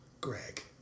Greg